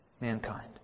mankind